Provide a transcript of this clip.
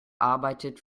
arbeitet